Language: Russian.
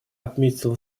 отметил